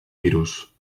virus